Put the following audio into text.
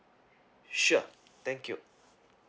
sure thank you